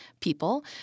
people